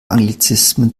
anglizismen